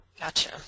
Gotcha